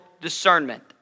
discernment